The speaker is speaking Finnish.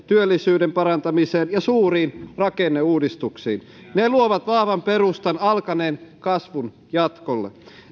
työllisyyden parantamiseen ja suuriin rakenneuudistuksiin ne luovat vahvan perustan alkaneen kasvun jatkolle